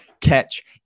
catch